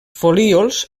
folíols